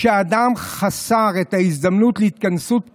כשהאדם חסר את ההזדמנות להתכנסות פנימה,